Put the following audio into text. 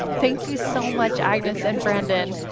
thank you so much, agnes and brandon.